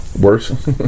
Worse